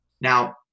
Now